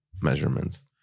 measurements